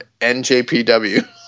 NJPW